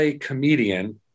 comedian